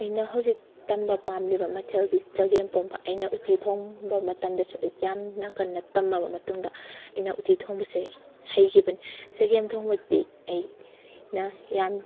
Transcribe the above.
ꯑꯩꯅ ꯍꯧꯖꯤꯛ ꯇꯝꯕ ꯄꯥꯝꯂꯤꯕ ꯃꯊꯦꯜꯗꯤ ꯆꯒꯦꯝ ꯄꯣꯝꯕ ꯑꯩꯅ ꯎꯠꯇꯤ ꯊꯣꯡꯕ ꯃꯇꯝꯗꯁꯨ ꯑꯩ ꯌꯥꯝꯅ ꯀꯟꯅ ꯇꯝꯂꯕ ꯃꯇꯨꯡꯗ ꯑꯩꯅ ꯎꯠꯇꯤ ꯊꯣꯡꯕꯁꯦ ꯍꯩꯒꯤꯕꯅꯤ ꯆꯒꯦꯝ ꯊꯣꯡꯕꯗꯗꯤ ꯑꯩꯅ ꯌꯥꯝ